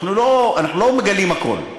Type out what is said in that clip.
אנחנו לא מגלים הכול.